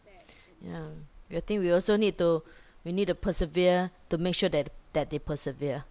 yeah we think we also need to we need to persevere to make sure that that they persevere